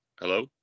hello